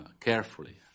carefully